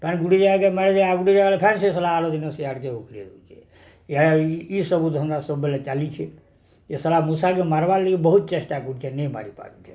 ପାନି ବୁଡ଼ି ଯାଇକେ ମରିଯିବା ବୁଡ଼ି ଯାଇଲେ ଫେନ୍ ସେ ଶଲା ଆର ଦିନ ସେଆଡ଼କେ ଉଖରେ ଦେଉଛେ ଏହା ଇ ସବୁ ଧନ୍ଦା ସବୁବେଲେ ଚାଲିଛେ ଏ ଶଲା ମୂଷାକେ ମାରବାର୍ ଲାଗି ବହୁତ ଚେଷ୍ଟା କରୁଛେଁ ନାଇଁ ମାରି ପାରୁଛେ